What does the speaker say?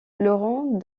laurent